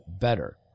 better